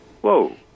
Whoa